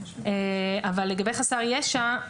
לגבי חסר ישע,